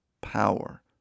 power